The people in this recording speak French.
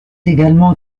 également